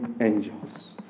angels